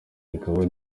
bikaba